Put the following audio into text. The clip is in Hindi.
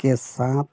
के साथ